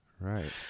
Right